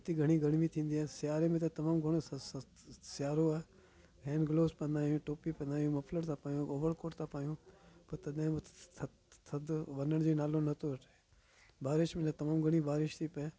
हेतिरी घणी गर्मी थींदी आहे सियारे में त तमामु घणो सियारो आहे हैंड ग्लव्स पाईंदा आहियूं टोपी पाईंदा आहियूं मफ्लर था पायूं ओवर कोट था पायूं पर तॾहिं बि थधि थधि वञण जो नालो नथो अचे बारिश में जे तमामु घणी बारिश थी पए